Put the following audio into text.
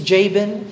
Jabin